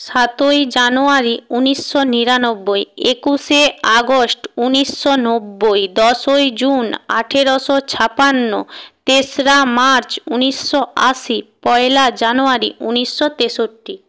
সাতই জানুয়ারি উনিশশো নিরানব্বই একুশে আগস্ট উনিশশো নব্বই দশই জুন আঠেরোশো ছাপান্ন তেসরা মার্চ উনিশশো আশি পয়লা জানুয়ারি উনিশশো তেষট্টি